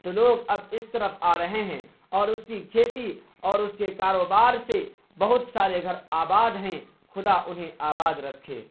تو لوگ اب اس طرف آ رہے ہیں اور اس کی کھیتی اور اس کے کاروبار سے بہت سارے گھر آباد ہیں خدا انہیں آباد رکھے